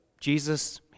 Jesus